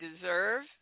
deserve